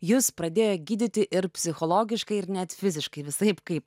jus pradėjo gydyti ir psichologiškai ir net fiziškai visaip kaip